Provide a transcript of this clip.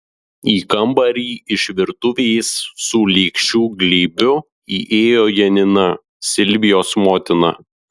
į kambarį iš virtuvės su lėkščių glėbiu įėjo janina silvijos motina